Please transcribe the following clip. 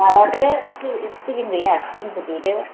माबा बे सिबिं गैया सिबिंखौ देदो